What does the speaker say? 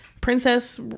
Princess